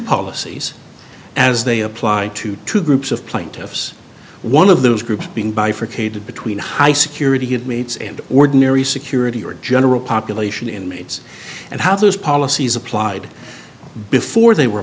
policies as they apply to two groups of plaintiffs one of those groups being bifurcated between high security good mates and ordinary security or general population inmates and how those policies applied before they were